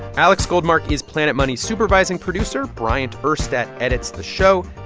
alex goldmark is planet money's supervising producer. bryant urstadt edits the show.